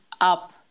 up